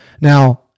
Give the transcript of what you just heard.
Now